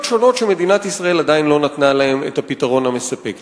שונות שמדינת ישראל עדיין לא נתנה להן את הפתרון המספק.